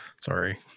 sorry